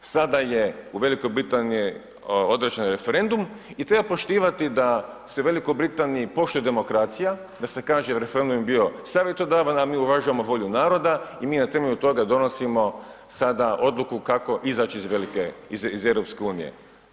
Sada je u Velikoj Britaniji održan referendum i treba poštivati da se u Velikoj Britaniji poštuje demokracija, da se kaže referendum je bio savjetodavan a mi uvažavamo volju naroda i mi na temelju toga donosimo sada odluku kako izaći iz EU-a.